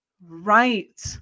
Right